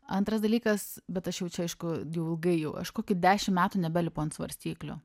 antras dalykas bet aš jau čia aišku jau ilgai jau aš kokį dešimt metų nebelipu ant svarstyklių